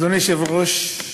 אדוני היושב-ראש,